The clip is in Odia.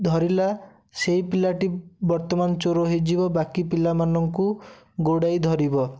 ଧରିଲା ସେଇ ପିଲାଟି ବର୍ତ୍ତମାନ ଚୋର ହେଇଯିବ ବାକି ପିଲାମାନଙ୍କୁ ଗୋଡ଼େଇ ଧରିବ